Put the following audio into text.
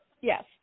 Yes